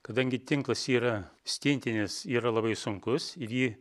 kadangi tinklas yra stintinis yra labai sunkus ir jį